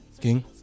King